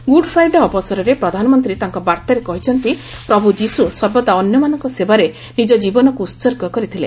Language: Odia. ଗୁଡ଼୍ ଫ୍ରାଇଡେ ଅବସରରେ ପ୍ରଧାନମନ୍ତ୍ରୀ ତାଙ୍କ ବାର୍ତ୍ତାରେ କହିଛନ୍ତି ପ୍ରଭୁ ଯିଶୁ ସର୍ବଦା ଅନ୍ୟମାନଙ୍କ ସେବାରେ ନିଜ ଜୀବନକୁ ଉତ୍ସର୍ଗ କରିଥିଲେ